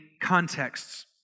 contexts